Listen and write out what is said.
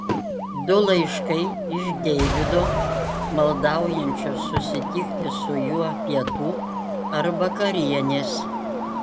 du laiškai iš deivido maldaujančio susitikti su juo pietų ar vakarienės